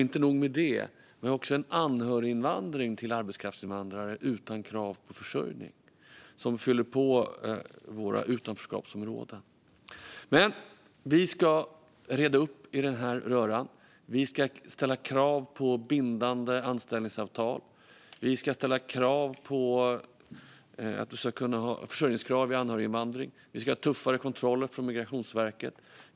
Inte nog med det har vi en anhöriginvandring till arbetskraftsinvandrare utan att det finns några krav på försörjning, och därigenom fylls utanförskapsområdena på. Vi ska reda upp i denna röra. Vi ska ställa krav på bindande anställningsavtal. Vi ska också ställa försörjningskrav vid anhöriginvandring. Dessutom ska Migrationsverket ha tuffare kontroller.